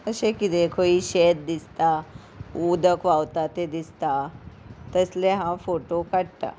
अशें कितें खंय शेत दिसता उदक व्हांवता तें दिसता तसले हांव फोटो काडटां